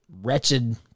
wretched